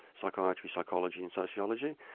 psychiatry, psychology and sociology.